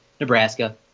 Nebraska